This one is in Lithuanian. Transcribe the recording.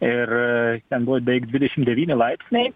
ir ten buvo beveik dvidešim devyni laipsniai